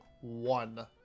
one